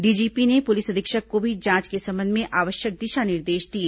DGP ने police अधीक्षक को भी जांच के संबंध में आवश्यक दिशा निर्देश दिए